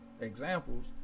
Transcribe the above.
examples